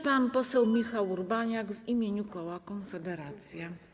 Pan poseł Michał Urbaniak w imieniu koła Konfederacja.